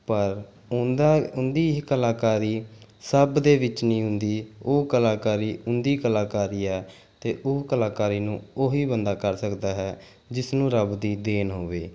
ਪਰ ਉਹਨਾਂ ਦਾ ਉਹਨਾਂ ਦੀ ਇਹ ਕਲਾਕਾਰੀ ਸਭ ਦੇ ਵਿੱਚ ਨਹੀਂ ਹੁੰਦੀ ਉਹ ਕਲਾਕਾਰੀ ਉਹਨਾਂ ਦੀ ਕਲਾਕਾਰੀ ਹੈ ਅਤੇ ਉਹ ਕਲਾਕਾਰੀ ਨੂੰ ਉਹੀ ਬੰਦਾ ਕਰ ਸਕਦਾ ਹੈ ਜਿਸ ਨੂੰ ਰੱਬ ਦੀ ਦੇਣ ਹੋਵੇ